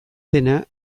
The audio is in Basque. dena